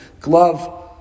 glove